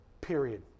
Period